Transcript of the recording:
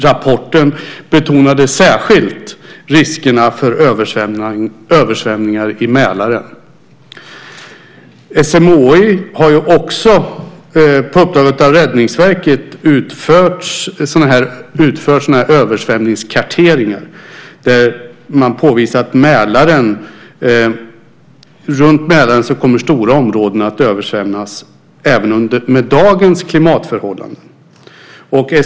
Rapporten betonade särskilt riskerna för översvämningar i Mälaren. SMHI har också på uppdrag av Räddningsverket utfört översvämningskarteringar där man påvisat att stora områden runt Mälaren kommer att översvämmas även med dagens klimatförhållanden.